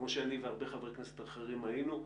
כמו שאני והרבה חברי כנסת אחרים היינו.